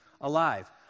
alive